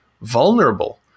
vulnerable